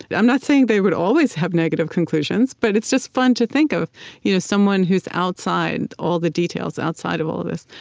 yeah i'm not saying they would always have negative conclusions, but it's just fun to think of you know someone who's outside all the details, outside of all of this.